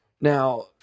Now